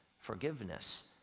forgiveness